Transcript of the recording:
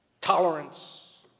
tolerance